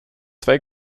zwei